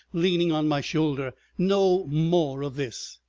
leaning on my shoulder, no more of this.